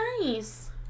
nice